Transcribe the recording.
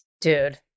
dude